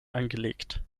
angelegt